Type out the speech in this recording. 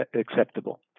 acceptable